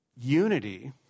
unity